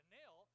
nail